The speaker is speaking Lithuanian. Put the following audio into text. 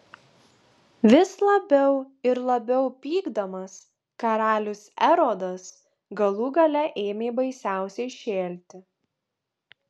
vis labiau ir labiau pykdamas karalius erodas galų gale ėmė baisiausiai šėlti